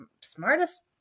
smartest